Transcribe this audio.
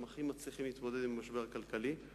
הם הכי מצליחים להתמודד עם המשבר הכלכלי.